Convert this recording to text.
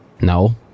No